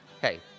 Hey